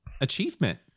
achievement